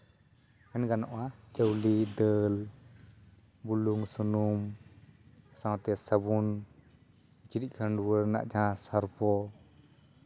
ᱢᱮᱱ ᱜᱟᱱᱚᱜᱼᱟ ᱪᱟᱣᱞᱮ ᱫᱟᱹᱞ ᱵᱩᱞᱩᱝ ᱥᱩᱱᱩᱢ ᱥᱟᱶᱛᱮ ᱥᱟᱵᱚᱱ ᱠᱤᱪᱨᱤᱡ ᱠᱷᱟᱺᱰᱣᱟᱹᱜ ᱨᱮᱭᱟᱜ ᱡᱟᱦᱟᱸ ᱥᱟᱨᱯᱷ